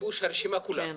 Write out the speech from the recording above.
גיבוש הרשימה כולה,